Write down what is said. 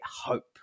hope